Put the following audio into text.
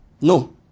No